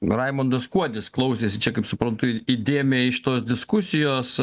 raimundas kuodis klausėsi čia kaip suprantu įdėmiai šitos diskusijos